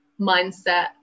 mindset